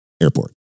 airport